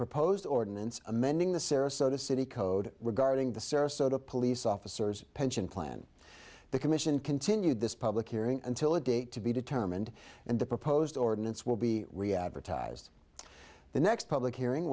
proposed ordinance amending the sarasota city code regarding the sarasota police officers pension plan the commission continued this public hearing until the date to be determined and the proposed ordinance will be riyadh for ties the next public hearing